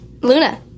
Luna